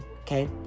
Okay